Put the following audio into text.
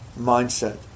mindset